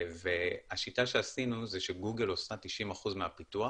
והשיטה שעשינו היא שגוגל עושה 90% מהפיתוח